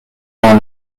dans